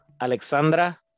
Alexandra